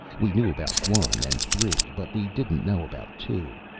we knew about one and three. but we didn't know about two.